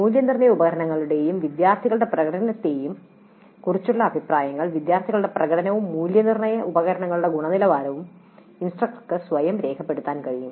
മൂല്യനിർണ്ണയ ഉപകരണങ്ങളെയും വിദ്യാർത്ഥികളുടെ പ്രകടനത്തെയും കുറിച്ചുള്ള അഭിപ്രായങ്ങൾ വിദ്യാർത്ഥികളുടെ പ്രകടനവും മൂല്യനിർണ്ണയ ഉപകരണങ്ങളുടെ ഗുണനിലവാരവും ഇൻസ്ട്രക്ടർക്ക് സ്വയം രേഖപ്പെടുത്താൻ കഴിയും